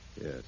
Yes